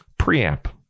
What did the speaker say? preamp